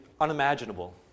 unimaginable